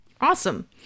Awesome